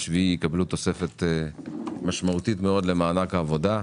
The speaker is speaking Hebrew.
יקבלו תוספת משמעותית מאוד למענק העבודה.